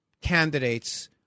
candidates